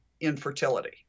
infertility